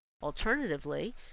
Alternatively